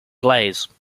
glaze